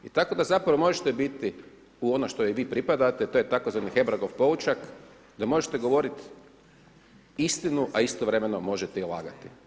I tako da zapravo možete biti u ono što i vi pripadate a to je tzv. Hebrangov poučak da možete govoriti istinu a istovremeno možete i lagati.